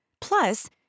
Plus